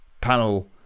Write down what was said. panel